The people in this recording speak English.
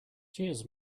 cheers